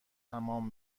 تمام